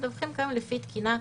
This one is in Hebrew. מדווחים כאן לפי תקינה.